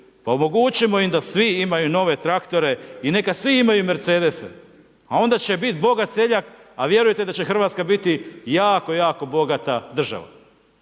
Omogućimo im da svi imaju nove traktore i neka svi imaju Mercedese, a onda će biti bogat seljak, a vjerujte da će Hrvatska biti jako jako bogata država.